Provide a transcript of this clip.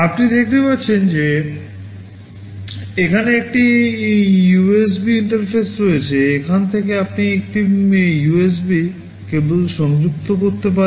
আপনি দেখতে পাচ্ছেন যে এখানে একটি USB ইন্টারফেস রয়েছে এখান থেকে আপনি একটি USB কেবল সংযুক্ত করতে পারেন